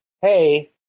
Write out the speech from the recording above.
hey